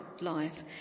life